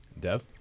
dev